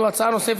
הכנסת.